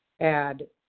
add